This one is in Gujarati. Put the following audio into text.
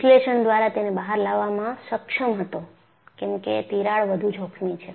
વિશ્લેષણ દ્વારા તેને બહાર લાવવામાં સક્ષમ હતો કેમકે તિરાડ વધુ જોખમી છે